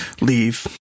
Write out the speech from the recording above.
leave